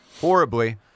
horribly